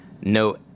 No